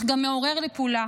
אך גם מעורר לפעולה.